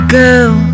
girl